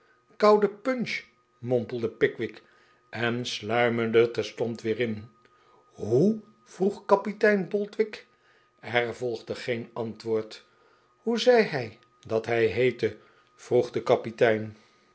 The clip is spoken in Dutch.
koude punch mompelde pickwick en sluimerde terstond weer in hoe vroeg kapitein boldwig er volgde geen antwoord hoe zei hij dat hij heette vroeg de kapitein